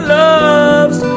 loves